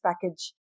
Package